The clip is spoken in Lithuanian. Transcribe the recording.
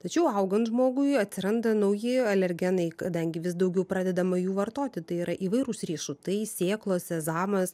tačiau augant žmogui atsiranda nauji alergenai kadangi vis daugiau pradedama jų vartoti tai yra įvairūs riešutai sėklos sezamas